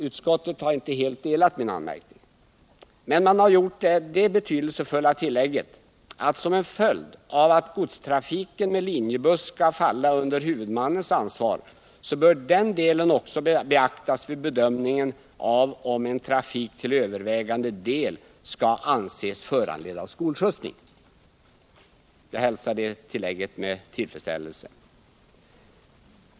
Utskottet har inte helt delat min anmärkning på denna punkt, men det har gjort det betydelsefulla tillägget att som en följd av att godstrafiken med linjebuss skall falla under huvudmannens ansvar bör denna del också beaktas vid bedömningen av om en trafik till övervägande del skall anses föranledd av skolskjutsning. Jag hälsar det tillägget med tillfredsställelse.